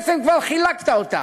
אבל אתה בעצם כבר חילקת אותה,